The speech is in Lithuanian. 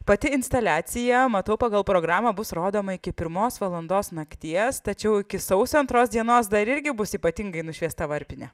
pati instaliacija matau pagal programą bus rodoma iki pirmos valandos nakties tačiau iki sausio antros dienos dar irgi bus ypatingai nušviesta varpinė